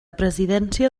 presidència